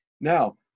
Now